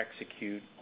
execute